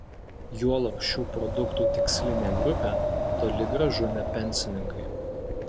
juolab šių produktų tikslinė grupė toli gražu ne pensininkai